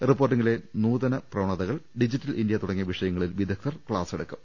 റിപ്പോർട്ടിങ്ങിലെ നൂതന പ്രവണത കൾ ഡിജിറ്റൽ ഇന്ത്യ തുടങ്ങിയ വിഷയങ്ങളിൽ വിദഗ്ധർ ക്ലാസെടുക്കും